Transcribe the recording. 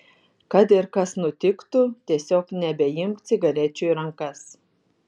kad ir kas nutiktų tiesiog nebeimk cigarečių į rankas